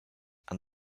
and